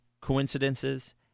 coincidences